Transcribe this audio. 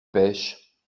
pêches